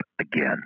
again